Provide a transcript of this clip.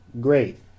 great